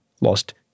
lost